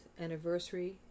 anniversary